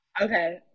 Okay